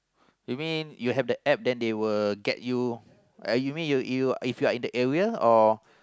you mean you have the App then they will get you uh you mean you you if you are in the area or